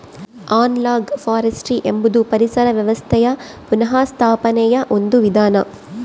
analogue forestry ಎಂಬುದು ಪರಿಸರ ವ್ಯವಸ್ಥೆಯ ಪುನಃಸ್ಥಾಪನೆಯ ಒಂದು ವಿಧಾನ